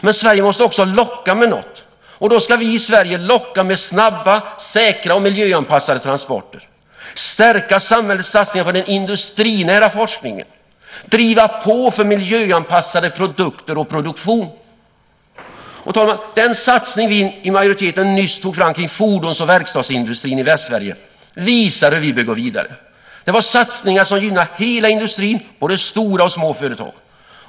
Men Sverige måste också locka med något. Då ska vi i Sverige locka med snabba, säkra och miljöanpassade transporter, stärka samhällets satsningar på den industrinära forskningen, driva på för miljöanpassade produkter och produktion. Herr talman! Den satsning som vi i majoriteten nyss tog fram när det gäller fordons och verkstadsindustrin i Västsverige visar hur vi bör gå vidare. Det var satsningar som gynnar hela industrin, både stora och små företag.